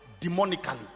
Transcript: demonically